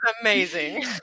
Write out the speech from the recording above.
amazing